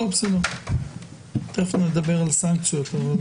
תכף נדבר על סנקציות.